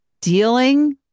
dealing